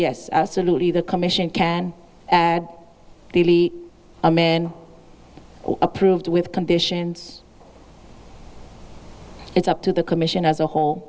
yes absolutely the commission can add i'm in approved with conditions it's up to the commission as a whole